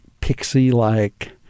Pixie-like